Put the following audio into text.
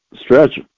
Stretch